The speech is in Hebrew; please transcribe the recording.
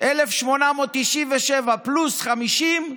1897 פלוס 50,